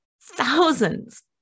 thousands